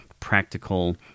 practical